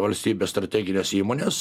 valstybės strategines įmones